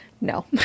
No